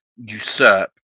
usurp